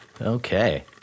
Okay